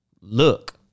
look